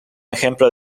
ejemplo